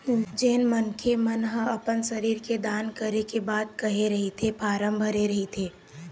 जेन मनखे मन ह अपन शरीर के दान करे के बात कहे रहिथे फारम भरे रहिथे